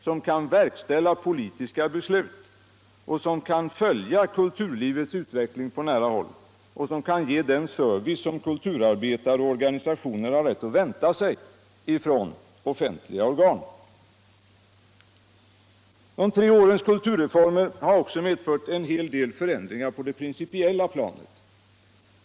som kan verkställa politiska beslut och som kan följa kulturlivets utveckling på nära håll och ge den service som kulturarbetare och organisationer har rätt att vänta sig från offentliga organ. De tre årens kulturreformer har också medfört en hel del förändringar på det principiella planet.